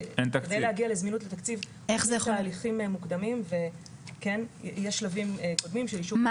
כדי להגיע לתהליכי תקצוב יש תהליכים מוקדמים ויש שלבים מוקדמים ---.